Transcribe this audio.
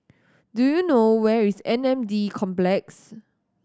do you know where is M N D Complex